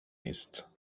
ist